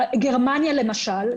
כן, גרמניה למשל.